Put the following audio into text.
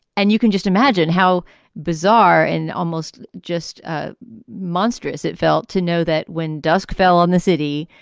and you can just imagine how bizarre and almost just ah monstrous it felt to know that when dusk fell on the city,